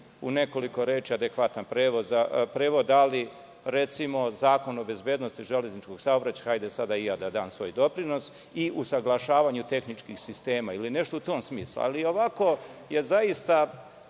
u nekoliko reči adekvatan prevod, ali recimo zakon o bezbednosti železničkog saobraćaja, hajde sada i ja da dam svoj doprinos, i usaglašavanje tehničkih sistema, ili nešto u tom smislu. Ovako je prilično